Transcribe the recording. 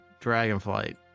Dragonflight